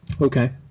Okay